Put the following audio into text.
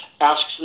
asks